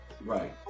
Right